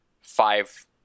five